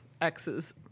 X's